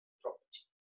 property